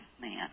man